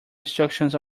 instructions